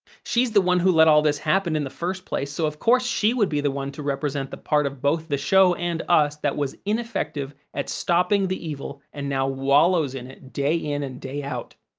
she's the one who let all of this happen in the first place, so of course she would be the one to represent the part of both the show and us that was ineffective at stopping the evil and now wallows in it day in and day out.